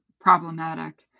problematic